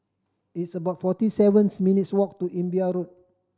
it's about forty sevens minutes' walk to Imbiah Road